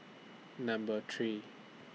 Number three